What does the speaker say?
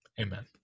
Amen